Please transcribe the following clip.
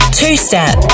Two-step